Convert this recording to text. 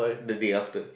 the day after